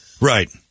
Right